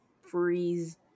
freeze